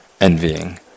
envying